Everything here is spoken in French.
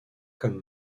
comme